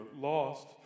lost